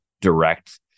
direct